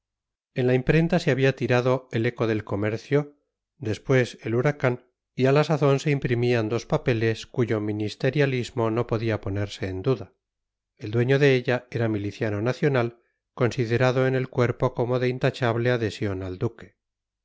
en la imprenta se había tirado el eco del comercio después el huracán y a la sazón se imprimían dos papeles cuyo ministerialismo no podía ponerse en duda el dueño de ella era miliciano nacional considerado en el cuerpo como de intachable adhesión al duque